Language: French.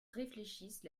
réfléchissent